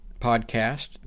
podcast